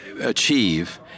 achieve